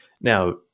Now